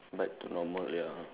back to normal ya